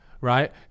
right